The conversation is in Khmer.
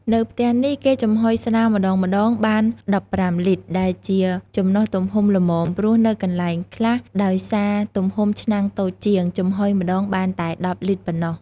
នៅផ្ទះនេះគេចំហុយស្រាម្តងៗបាន១៥លីត្រ ដែលជាចំណុះទំហំល្មម ព្រោះនៅកន្លែងខ្លះ ដោយសារទំហំឆ្នាំងតូចជាង ចំហុយម្តងបានតែ១០លីត្រប៉ុណ្ណោះ។